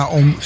om